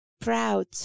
proud